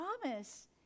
promise